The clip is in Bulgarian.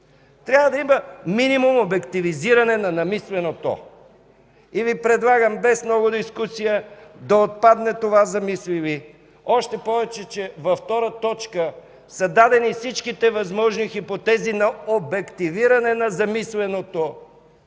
Трябва да има минимум обективизиране на намисленото и Ви предлагам без много дискусия да отпадне това „замислили”. Още повече, че в т. 2 са дадени всичките възможни хипотези на „обективиране на замисленото”,